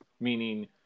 meaning